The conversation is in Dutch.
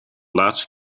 laatste